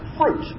fruit